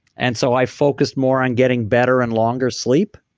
and so i focus more on getting better and longer sleep.